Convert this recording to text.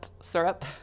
syrup